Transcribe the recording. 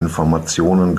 informationen